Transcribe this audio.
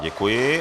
Děkuji.